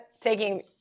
taking –